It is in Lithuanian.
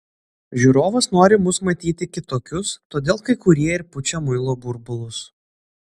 žiūrovas nori mus matyti kitokius todėl kai kurie ir pučia muilo burbulus